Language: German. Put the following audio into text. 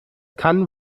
kann